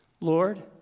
lord